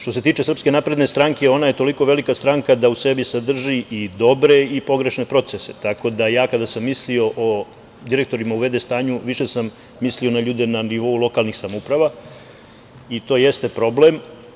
Što se tiče SNS ona je toliko velika stranka da u sebi sadrži i dobre i pogrešne procese, tako da, ja kada sam mislio o direktorima u v.d. stanju više sam mislio na ljude na nivou lokalnih samouprava i to jeste problem.